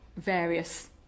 various